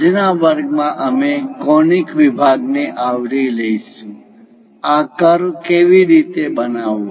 આજના વર્ગમાં અમે કોનિક વિભાગ conic sections શંકુ વિભાગ ને આવરી લઈશું આ કર્વ કેવી રીતે બનાવવા